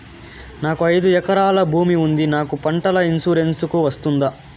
నాకు ఐదు ఎకరాల భూమి ఉంది నాకు పంటల ఇన్సూరెన్సుకు వస్తుందా?